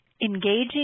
engaging